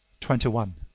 twenty one.